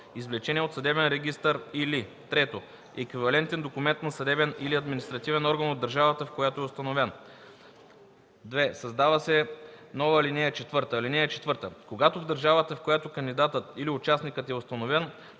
извлечение от съдебен регистър, или 3. еквивалентен документ на съдебен или административен орган от държавата, в която е установен.” 2. Създава се нова ал. 4: „(4) Когато в държавата, в която кандидатът или участникът е установен,